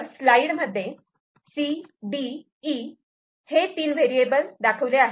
स्लाईडमध्ये CDE हे 3 variable दाखवले आहे